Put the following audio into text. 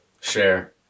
share